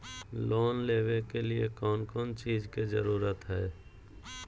Loan लेबे के लिए कौन कौन चीज के जरूरत है?